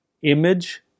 image